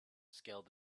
scaled